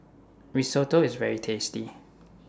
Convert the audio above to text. Risotto IS very tasty